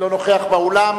לא נוכח באולם.